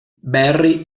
barry